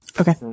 Okay